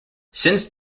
since